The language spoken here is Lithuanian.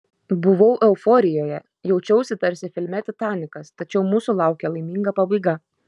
buvau euforijoje jaučiausi tarsi filme titanikas tačiau mūsų laukė laiminga pabaiga